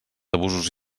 abusos